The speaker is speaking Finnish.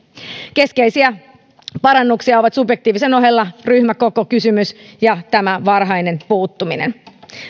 keskeisiä parannuksia ovat subjektiivisen ohella ryhmäkokokysymys ja varhainen puuttuminen